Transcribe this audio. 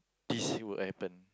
this would have happened